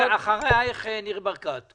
אחרי כן ניר ברקת.